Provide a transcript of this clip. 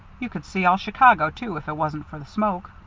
you could see all chicago, too, if it wasn't for the smoke.